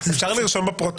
כמו שהוא אמר,